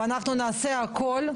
ואנחנו נעשה הכול,